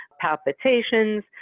palpitations